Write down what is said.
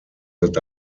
that